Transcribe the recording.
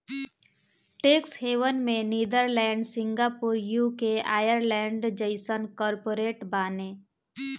tax haven में Netherlands, Singapore, UK, Ireland जइसन corporate बाने